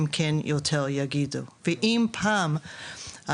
הם כן יותר יגידו ואם פעם,